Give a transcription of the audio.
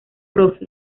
prof